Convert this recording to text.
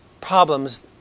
problems